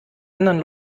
anderen